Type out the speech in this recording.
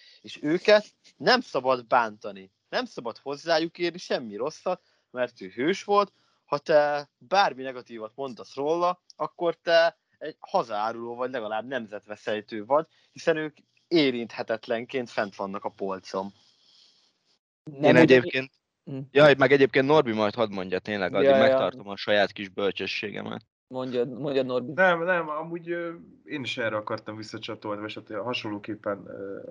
És őket nem szabad bántani. Nem szabad hozzájuk érni semmi rosszat, mert ő hős volt. Ha te bármi negatívat mondasz róla, akkor te egy hazaáruló vagy, legalább nemzetveszejtő vagy, hiszen ők érinthetetlenként fent vannak a polcon. Én Nem, ugye- egyébként- Mm. Jaj, meg egyébként Norbi majd hadd mondja tényleg, addig Ja, ja. megtartom a saját kis bölcsességemet. Mondjad, mondjad, Norbi. Nem, nem, amúgy, ö, én is erre akartam visszacsatolni, vagyis hát, ö, hasonlóképpen, ö,